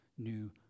new